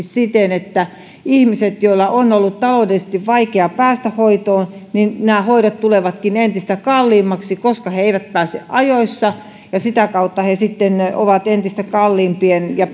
siten että ihmisillä joilla on ollut taloudellisesti vaikeaa päästä hoitoon nämä hoidot tulevatkin entistä kalliimmiksi koska he eivät pääse ajoissa ja sitä kautta he sitten ovat entistä kalliimpien ja